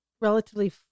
relatively